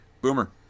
Boomer